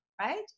right